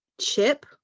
Chip